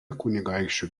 kunigaikščių